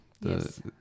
Yes